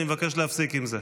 אני מבקש להפסיק עם זה.